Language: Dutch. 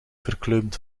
verkleumd